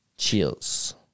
Cheers